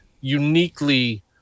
uniquely